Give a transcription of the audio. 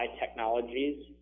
technologies